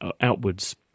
outwards